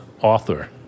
author